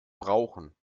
brauchen